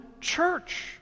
church